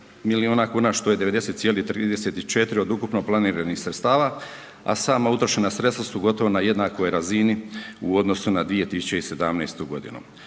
miliona kuna što je 90,34 od ukupno planiranih sredstava, a sama utrošena sredstva su gotovo na jednakoj razini u odnosu na 2017. godinu.